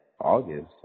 August